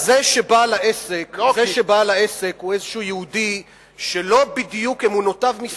זה שבעל העסק הוא איזה יהודי שאמונותיו לא